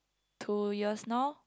two years now